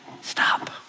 stop